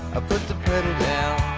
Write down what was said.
ah put the pedal down